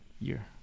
year